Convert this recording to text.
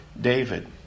David